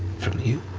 from you?